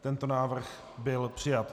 Tento návrh byl přijat.